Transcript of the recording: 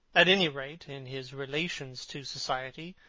at any rate in his relations to society.